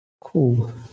Cool